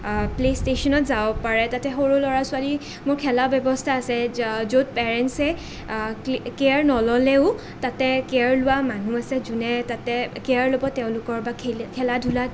play ষ্টচনত যাব পাৰে তাতে সৰু ল'ৰা ছোৱালীবোৰ খেলা ব্যৱস্থা আছে য'ত পেৰেঞ্চে কেয়াৰ নল'লেও তাতে কেয়াৰ লোৱা মানুহ আছে যোনে তাতে কেয়াৰ ল'ব তেওঁলোকৰ বা খেলা ধূলাত